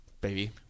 baby